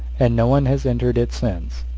and no one has entered it since.